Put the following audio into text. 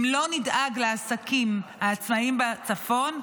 אם לא נדאג לעסקים העצמאיים בצפון,